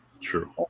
True